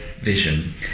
vision